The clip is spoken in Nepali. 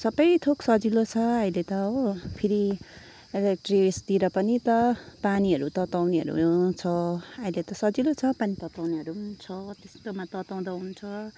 सबै थोक सजिलो छ आहिले त हो फेरि इलेक्ट्रि्क्सतिर पनि त पानीहरू तताउनेहरू छ अहिले त सजिले छ पानीहरू तताउनेहरू पनि छ त्यस्तोमा तताउँदा हुन्छ